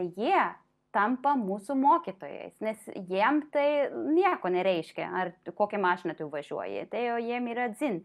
jie tampa mūsų mokytojais nes jiem tai nieko nereiškia ar kokią mašiną tu važiuoji tai jau jiems yra dzin